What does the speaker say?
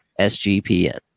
SGPN